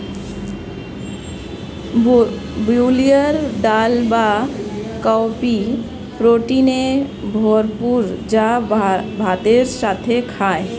বিউলির ডাল বা কাউপি প্রোটিনে ভরপুর যা ভাতের সাথে খায়